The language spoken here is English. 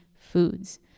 foods